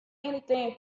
anything